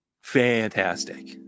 fantastic